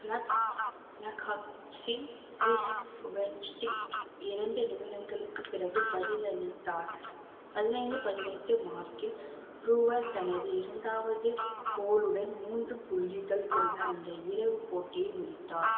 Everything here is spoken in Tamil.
ப்ளாக் ப்ளாக்ஹாக்ஸின் க்ரிஸ் வெர்ஸ்டிக் இரண்டு நிமிடங்களுக்குப் பிறகு பதிலளித்தார் பதினைந்து பதினெட்டு மார்க்கில் ப்ரூவர் தனது இரண்டாவது கோலுடன் மூன்று புள்ளிகள் கொண்ட அந்த இரவு போட்டியை முடித்தார்